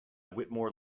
whitmore